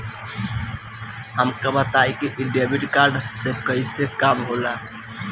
हमका बताई कि डेबिट कार्ड से कईसे काम होला?